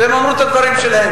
והם אמרו את הדברים שלהם.